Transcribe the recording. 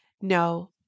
no